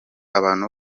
abantu